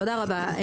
תודה רבה,